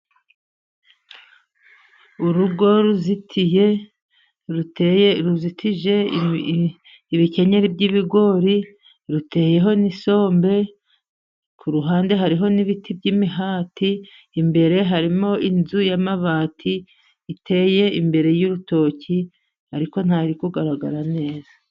Urugo ruzitiye ruteye ruzitije ibikenyeri by'ibigori ruteyeho n' isombe. Kuruhande hariho n'ibiti by'imihati, imbere harimo inzu y'amabati iteye imbere y'urutoki, ariko nta bwo iri kugaragara neza.